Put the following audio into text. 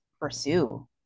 pursue